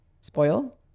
spoil